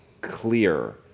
clear